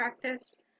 practice